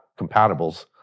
compatibles